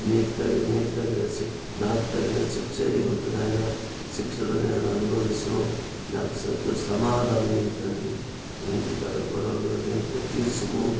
నీకు తగిన నీకు తగిన శిక్ష నాకు తగిన శిక్ష ఇవ్వద్దు నాయనా శిక్షలు నేను అనుభవించను నాకు సత్య సమాధానము ఇయ్యండి తండ్రి మా ఇంటి కాడ గొడవలు అదంతయు తీసుము